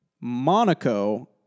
Monaco